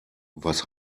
was